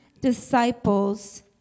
disciples